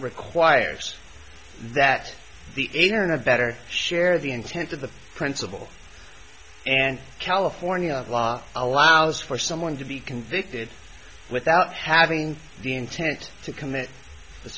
requires that the internet better share the intent of the principle and california law allows for someone to be convicted without having the intent to commit the